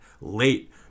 late